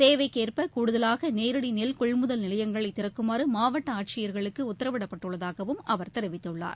தேவைக்கேற்ப கூடுதவாக நேரடி நெல் கொள்முதல் நிலையங்களை திறக்குமாறு மாவட்ட ஆட்சியர்களுக்கு உத்தரவிடப்பட்டுள்ளதாகவும் அவர் தெரிவித்துள்ளார்